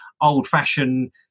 old-fashioned